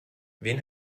wen